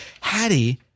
Hattie